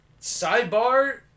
sidebar